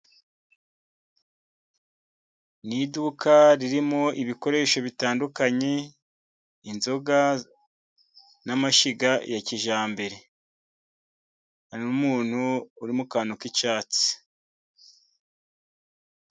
Ni iduka ririmo ibikoresho bitandukanye: inzoga n'amashyiga ya kijyambere, n'umuntu uri mu kantu k'icyatsi.